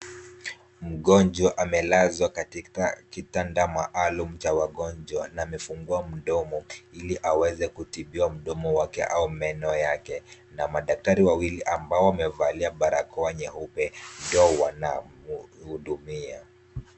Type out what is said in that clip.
Mgonjwa amelazwa katika kitanda maalum cha wagonjwa na amefungua mdomo ili aweze kutimbiwa mdomo wake ama meno yake na madaktari wawili ambao wamevalia barakoa nyeupe ndio wanamuhudumia .